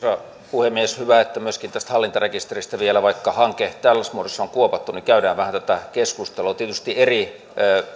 puhemies hyvä että myöskin tästä hallintarekisteristä vielä vaikka hanke tällaisessa muodossa on kuopattu käydään vähän tätä keskustelua tietysti eri